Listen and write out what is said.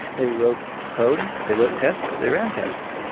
they wrote code. they wrote tests. they ran tests.